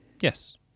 Yes